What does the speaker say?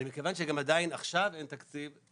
ומכיוון שגם עדיין עכשיו אין תקציב,